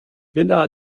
villa